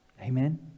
Amen